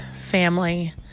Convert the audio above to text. family